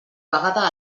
vegada